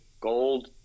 gold